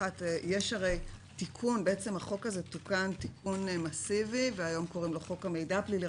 החוק הזה תוקן תיקון מסיבי והיום קוראים לו חוק המידע הפלילי,